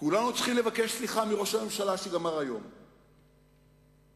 כולנו צריכים לבקש סליחה מראש הממשלה שגמר היום את תפקידו,